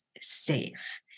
safe